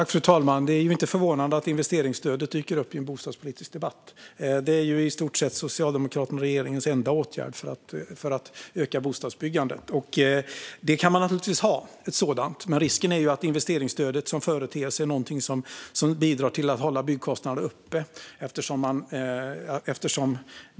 Fru talman! Det är ju inte förvånande att investeringsstödet dyker upp i en bostadspolitisk debatt. Det är ju i stort sett Socialdemokraternas och regeringens enda åtgärd för att öka bostadsbyggandet. Ett sådant stöd kan man naturligtvis ha, men risken är att investeringsstödet som företeelse bidrar till att hålla byggkostnaderna uppe.